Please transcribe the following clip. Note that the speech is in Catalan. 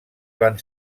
van